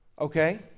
okay